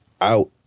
out